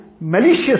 malicious